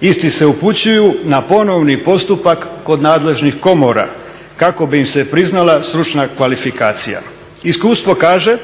isti se upućuju na ponovni postupak kod nadležnih komora kako bi im se priznala stručna kvalifikacija. Iskustvo kaže